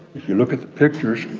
if you look at the pictures,